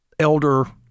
elder